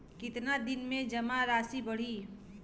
कितना दिन में जमा राशि बढ़ी?